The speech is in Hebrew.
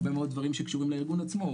הרבה מאוד דברים שקשורים לארגון עצמו,